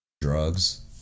Drugs